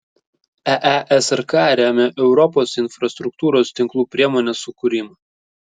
eesrk remia europos infrastruktūros tinklų priemonės sukūrimą